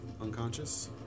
unconscious